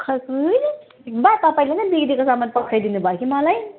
खै कुनि बा तपाईँले नै बिग्रेको सामान पठाइ दिनु भयो कि मलाई